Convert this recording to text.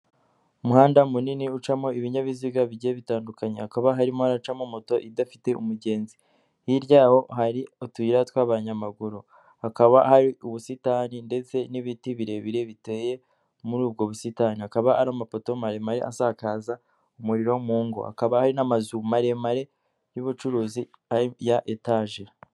Umuhanda munini ucamo ibinyabiziga bigiye bitandukanye hakaba harimo haracamo moto idafite umugenzi, hirya yaho hari utuyira tw'abanyamaguru hakaba hari ubusitani ndetse n'ibiti birebire biteye muri ubwo busitani akaba ari amapoto maremare asakaza umuriro mu ngo hakaba hari n'amazu maremare y'ubucuruzi ya etaje.